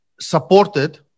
supported